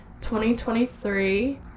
2023